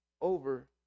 over